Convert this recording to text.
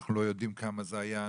אנחנו לא יודעים כמה זה היה.